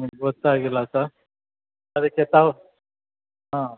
ಹ್ಞೂ ಗೊತ್ತಾಗಿಲ್ಲ ಸರ್ ಅದಕ್ಕೆ ತಾವು ಹಾಂ